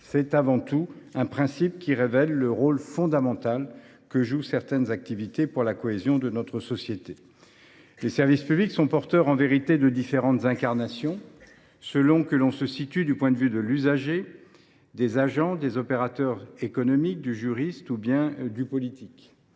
s’agit, avant tout, d’un principe révélant le rôle fondamental que jouent certaines activités pour la cohésion de notre société. En vérité, les services publics sont porteurs de différentes incarnations, selon que l’on se situe du point de vue de l’usager, des agents, des opérateurs économiques, du juriste ou de l’autorité politique.